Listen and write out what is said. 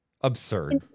absurd